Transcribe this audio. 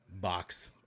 box